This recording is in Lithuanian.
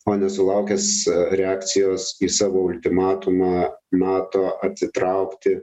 o nesulaukęs reakcijos į savo ultimatumą nato atitraukti